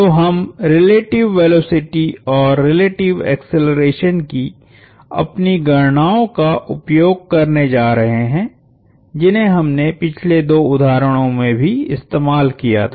तो हम relative velocity और रिलेटिव एक्सेलरेशन की अपनी गणनाओं का उपयोग करने जा रहे हैं जिन्हें हमने पिछले दो उदाहरणों में भी इस्तेमाल किया था